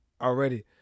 already